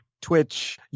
Twitch